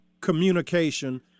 communication